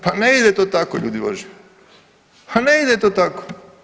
Pa ne ide to tako, ljudi Božji, ha ne ide to tako.